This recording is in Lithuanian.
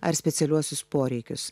ar specialiuosius poreikius